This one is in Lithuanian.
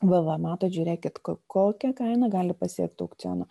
vava matot žiūrėkit kokią kainą gali pasiekti aukciono